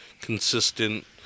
consistent